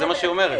זה מה שהיא אומרת.